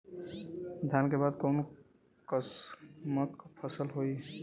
धान के बाद कऊन कसमक फसल होई?